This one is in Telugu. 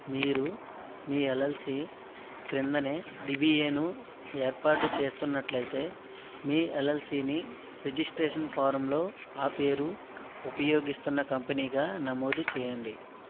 మీరు మీ ఎల్ఎల్సి క్రిందనే డిబిఎను ఏర్పాటు చేస్తున్నట్లయితే మీ ఎల్ఎల్సిని రిజిస్ట్రేషన్ ఫారంలో ఆ పేరు ఉపయోగిస్తున్న కంపనీగా నమోదు చేయండి